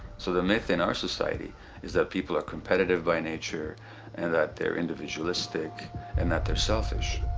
so the myth in our society is that people are competitive by nature and that they are individualistic and that they're selfish.